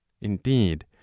indeed